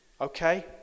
okay